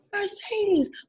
Mercedes